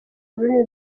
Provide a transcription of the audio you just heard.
rurimi